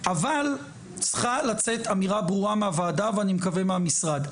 אבל צריכה לצאת אמירה ברורה מהוועדה ואני מקווה מהמשרד.